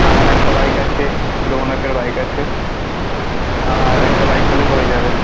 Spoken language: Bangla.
আমার একটা বাইক আছে রৌনকের বাইক আছে আর একটা বাইক হলেই হয়ে যাবে